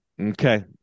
Okay